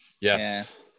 Yes